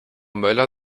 möller